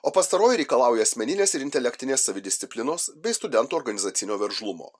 o pastaroji reikalauja asmeninės ir intelektinės savidisciplinos bei studentų organizacinio veržlumo